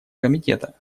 комитета